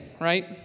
right